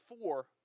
four